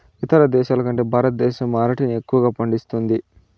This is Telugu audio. ఇతర దేశాల కంటే భారతదేశం అరటిని ఎక్కువగా పండిస్తుంది